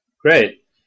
Great